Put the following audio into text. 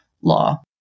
law